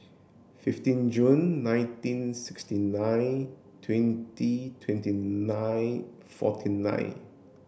fifteen Jun nineteen sixty nine twenty twenty nine forty nine